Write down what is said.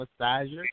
massager